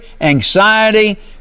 anxiety